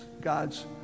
God's